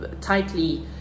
tightly